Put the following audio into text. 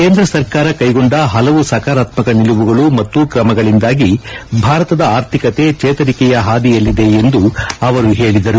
ಕೇಂದ್ರ ಸರ್ಕಾರ ಕ್ಲೆಗೊಂಡ ಹಲವು ಸಕಾರಾತ್ಮಕ ನಿಲುವುಗಳು ಮತ್ತು ಕ್ರಮಗಳಿಂದಾಗಿ ಭಾರತದ ಆರ್ಥಿಕತೆ ಚೇತರಿಕೆಯ ಹಾದಿಯಲ್ಲಿದೆ ಎಂದು ಅವರು ಹೇಳಿದರು